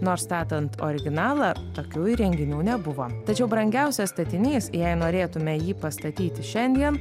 nors statant originalą tokių įrenginių nebuvo tačiau brangiausias statinys jei norėtume jį pastatyti šiandien